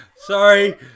sorry